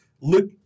look